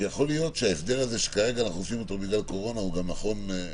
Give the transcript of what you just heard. שיכול להיות שההסדר שכרגע אנחנו עושים בגלל הקורונה נכון גם לחיים.